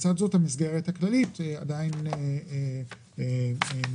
המסגרת הכללית עדיין נותרת,